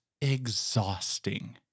exhausting